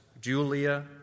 Julia